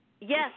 Yes